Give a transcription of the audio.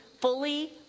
fully